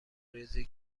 ریزی